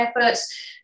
efforts